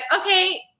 okay